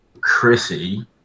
chrissy